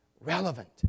relevant